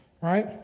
right